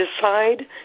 decide